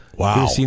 Wow